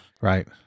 Right